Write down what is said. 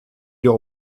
der